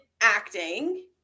acting